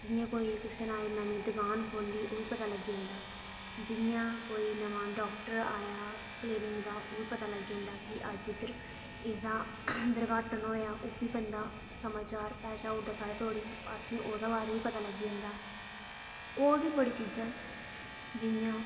जि'यां कोई कुसै नै अज्ज कोई नमीं दकान खोह्ली ओह् बी पता लग्गी जंदा जियां कोई नमां डॉक्टर आया क्लीनिक दा ओह् बी पता लग्गी जंदा कि अज्ज इद्धर एह्दा उद्घाटन होएआ ओह् बी बंदा समाचार पजाई ओड़दा साढ़े धोड़ी असें गी ओह्दे बारे बी पता लग्गी जंदा होर बी बड़ी चीजां न जियां